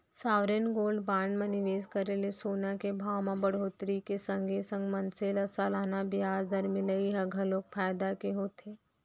sovereign gold bond म निवेस करे ले सोना के भाव म बड़होत्तरी के संगे संग मनसे ल सलाना बियाज दर मिलई ह घलोक फायदा के होथे